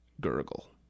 gurgle